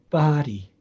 body